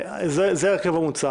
זה ההרכב המוצע